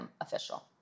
official